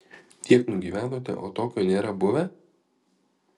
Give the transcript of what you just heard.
tiek nugyvenote o tokio nėra buvę